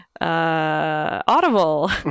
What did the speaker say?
Audible